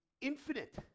Infinite